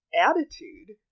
attitude